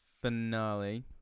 finale